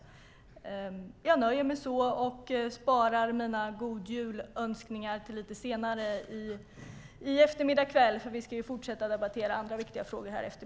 Jag nöjer mig med det och sparar mina god-jul-önskningar till lite senare i eftermiddag, eftersom vi ska fortsätta att debattera andra viktiga frågor.